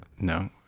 No